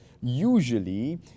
usually